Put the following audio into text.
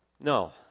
No